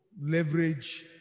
leverage